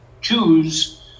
choose